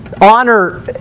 honor